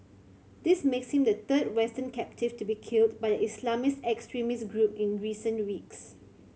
this makes him the third Western captive to be killed by the Islamist extremist group in recent weeks